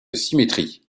symétrie